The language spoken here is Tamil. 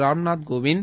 ராம்நாத் கோவிந்த்